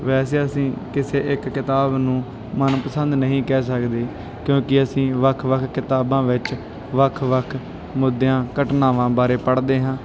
ਵੈਸੇ ਅਸੀਂ ਕਿਸੇ ਇੱਕ ਕਿਤਾਬ ਨੂੰ ਮਨਪਸੰਦ ਨਹੀਂ ਕਹਿ ਸਕਦੇ ਕਿਉਂਕਿ ਅਸੀਂ ਵੱਖ ਵੱਖ ਕਿਤਾਬਾਂ ਵਿੱਚ ਵੱਖ ਵੱਖ ਮੁੱਦਿਆਂ ਘਟਨਾਵਾਂ ਬਾਰੇ ਪੜ੍ਹਦੇ ਹਾਂ